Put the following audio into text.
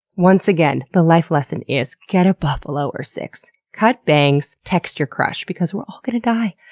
once again, the life lesson is get a buffalo, or six. cut bangs, text your crush, because we're all gonna die.